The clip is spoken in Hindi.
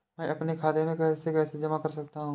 मैं अपने खाते में पैसे कैसे जमा कर सकता हूँ?